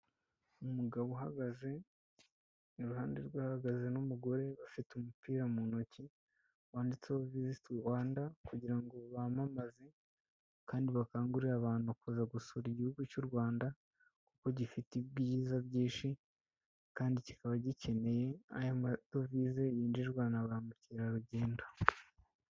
Umugabo uhagaze iruhande rwe hahagaze n'umugore bafite umupira mu ntoki, wanditseho vist Rwanda kugira ngo bamamaze kandi bakangurire abantu kuza gusura Igihugu cy'u Rwanda kuko gifite ibyiza byinshi kandi kikaba gikeneye aya madovize yinjizwa na ba mukerarugendo.